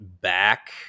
back